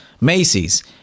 Macy's